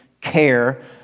care